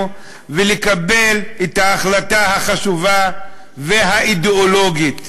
ולקבל את ההחלטה החשובה והאידיאולוגית.